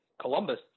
Columbus